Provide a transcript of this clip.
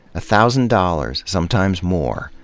a thousand dollars, sometimes more,